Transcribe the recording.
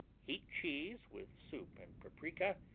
heat cheese with soup and paprika,